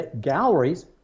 galleries